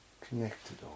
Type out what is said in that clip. connected